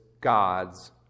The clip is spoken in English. God's